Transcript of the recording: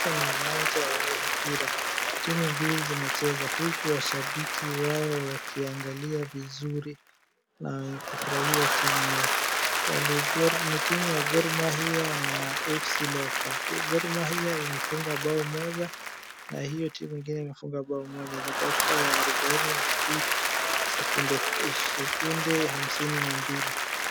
Hapa ni uwanja wa mpira, timu mbili zinacheza huku washabiki wao wakiangalia vizuri na wenye kufurahia timu yao, ni timu ya Gor Mahia na AFC Leopards. Gor Mahia imefunga bao moja na hiyo timu ingine imefunga bao moja, ni dakika ya arubaini na mbili sekunde hamsini na mbili.